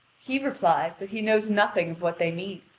he replies that he knows nothing of what they mean.